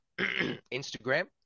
Instagram